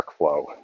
workflow